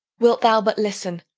wilt thou but listen,